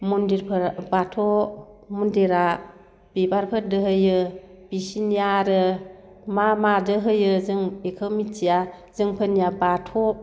मन्दिरफोर बाथौ मन्दिरा बिबारफोरजों होयो बिसोरनिया आरो मा माजों होयो जों बेखो मिथिया जोंफोरनिया बाथौ